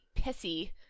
pissy